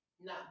No